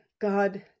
God